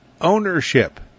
ownership